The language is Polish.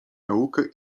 naukę